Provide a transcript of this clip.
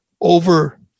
over